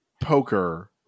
poker